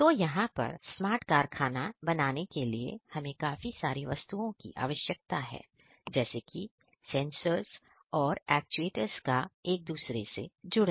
तो यहां पर स्मार्ट कारखाना बनाने के लिए हमें काफी सारी वस्तुओं की आवश्यकता है जैसे कि सेंसर और शिक्षकों का एक दूसरे से जुड़ना